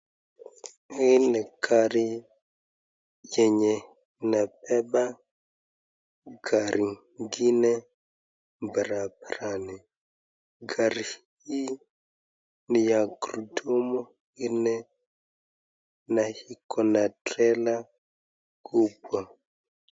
Hii ni gari yenye inabeba gari ingine barabarani , gari hii ni ya gurudumu nne na iko na trela kubwa.